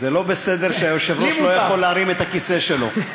זה לא בסדר שהיושב-ראש לא יכול להרים את הכיסא שלו.